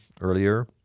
earlier